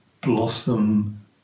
blossom